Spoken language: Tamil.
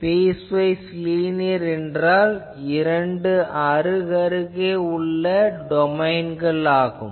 பீஸ்வைஸ் லீனியர் என்றால் இரண்டு அருகருகே உள்ள டொமைன்கள் ஆகும்